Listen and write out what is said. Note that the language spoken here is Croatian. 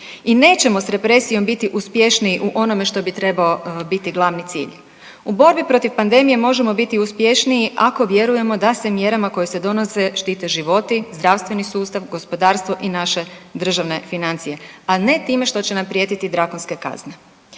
i nećemo s represijom biti uspješniji u onome što bi trebao biti glavni cilj. U borbi protiv pandemije možemo biti uspješniji ako vjerujemo da se mjerama koje se donose štite životi, zdravstveni sustav, gospodarstvo i naše državne financije, a ne time što će nam prijetiti drakonske kazne.